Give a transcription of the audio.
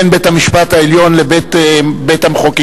בין בית-המשפט העליון לבית-המחוקקים.